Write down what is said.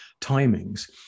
timings